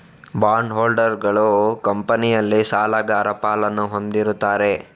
bond ಹೋಲ್ಡರುಗಳು ಕಂಪನಿಯಲ್ಲಿ ಸಾಲಗಾರ ಪಾಲನ್ನು ಹೊಂದಿರುತ್ತಾರೆ